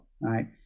right